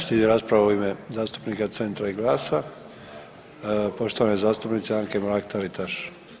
Slijedi rasprava u ime zastupnika Centra i GLAS-a, poštovane zastupnice Anke Mrak Taritaš.